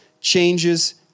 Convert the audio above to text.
changes